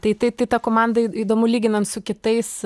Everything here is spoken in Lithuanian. tai tai ta komanda įdomu lyginant su kitais